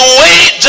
wait